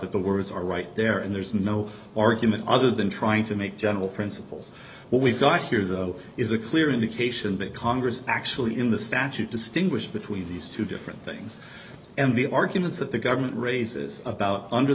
that the words are right there and there's no argument other than trying to make general principles what we've got here though is a clear indication that congress actually in the statute distinguish between these two different things and the arguments that the government raises about under